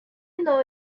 know